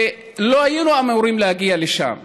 שלא היינו אמורים להגיע לשם.